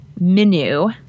menu